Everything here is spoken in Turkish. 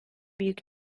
büyük